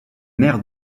mère